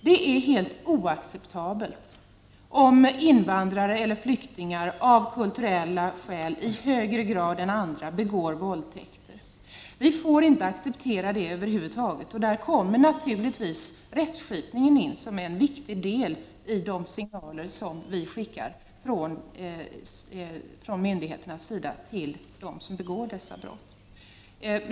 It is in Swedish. Det är helt oacceptabelt om invandrare eller flyktingar av kulturella skäl i högre grad än andra begår våldtäkter. Vi får inte acceptera det över huvud taget. Där kommer rättskipningen in som en viktig del i de signaler vi skickar från myndigheternas sida till dem som begår dessa brott.